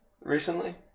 recently